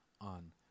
on